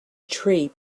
tree